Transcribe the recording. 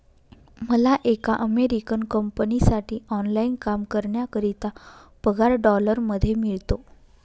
मला एका अमेरिकन कंपनीसाठी ऑनलाइन काम करण्याकरिता पगार डॉलर मध्ये मिळतो